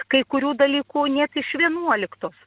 kai kurių dalykų net iš vienuoliktos